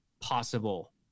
possible